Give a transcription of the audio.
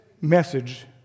message